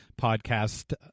podcast